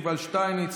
יובל שטייניץ,